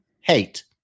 hate